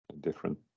Different